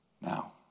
Now